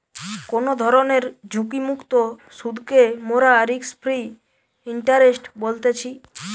কোনো ধরণের ঝুঁকিমুক্ত সুধকে মোরা রিস্ক ফ্রি ইন্টারেস্ট বলতেছি